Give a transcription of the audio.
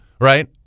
Right